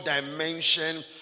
dimension